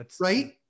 Right